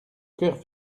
cœur